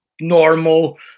normal